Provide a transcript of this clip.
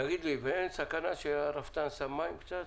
ואין סכנה שהרפתן שם קצת מים?